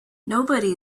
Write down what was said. nobody